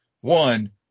One